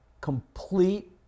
complete